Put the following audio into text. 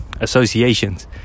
associations